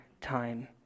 time